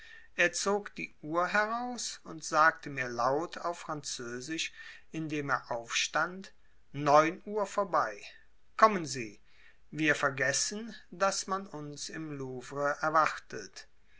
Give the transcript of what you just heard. er zog die uhr heraus und sagte mir laut auf französisch indem er aufstand neun uhr vorbei kommen sie wir vergessen daß man uns im louvre erwartet